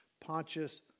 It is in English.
Pontius